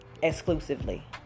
exclusively